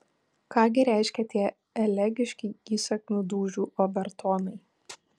ką gi reiškia tie elegiški įsakmių dūžių obertonai